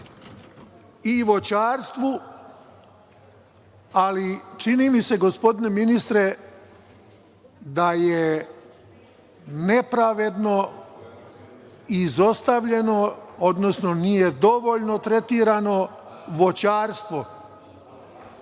i voćarstvu, ali čini mi se, gospodine ministre, da je nepravedno izostavljeno, odnosno nije dovoljno tretirano voćarstvo